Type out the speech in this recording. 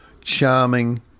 charming